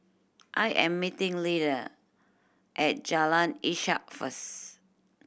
I am meeting Lida at Jalan Ishak first